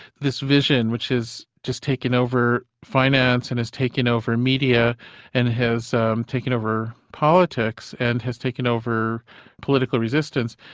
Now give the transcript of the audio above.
this vision, which has just taken over finance and has taken over media and has um taken over politics and has taken over political resistance,